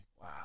Wow